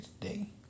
today